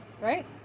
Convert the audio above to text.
Right